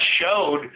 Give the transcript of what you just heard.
showed